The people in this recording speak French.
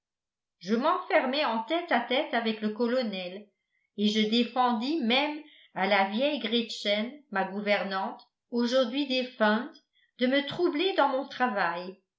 je m'enfermai en tête-à-tête avec le colonel et je défendis même à la vieille gretchen ma gouvernante aujourd'hui défunte de me troubler dans mon travail